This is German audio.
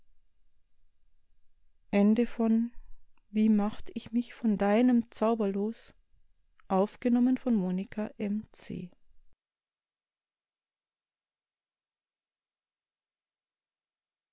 wie macht ich mich von deinem zauber los wie